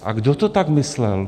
A kdo to tak myslel?